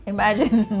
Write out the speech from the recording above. Imagine